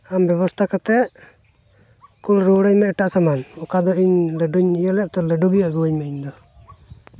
ᱟᱢ ᱵᱮᱵᱚᱥᱛᱷᱟ ᱠᱟᱛᱮᱫ ᱠᱩᱞ ᱨᱩᱣᱟᱹᱲ ᱟᱹᱧᱢᱮ ᱮᱴᱟᱜ ᱥᱟᱢᱟᱱ ᱚᱠᱟ ᱫᱚ ᱤᱧ ᱞᱟᱹᱰᱩᱧ ᱤᱭᱟᱹ ᱞᱮᱫ ᱛᱚ ᱞᱟᱹᱰᱩ ᱜᱮ ᱟᱹᱜᱩ ᱟᱹᱧ ᱢᱮ ᱤᱧ ᱫᱚ